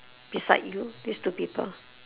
beside you these two people